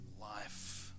life